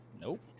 Nope